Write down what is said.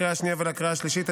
לקריאה השנייה ולקריאה השלישית,